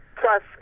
Plus